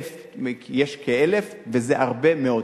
יש כ-1,000, וזה הרבה מאוד.